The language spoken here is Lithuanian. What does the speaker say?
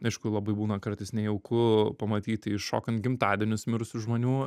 aišku labai būna kartais nejauku pamatyti iššokant gimtadienius mirusių žmonių